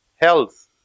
health